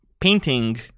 painting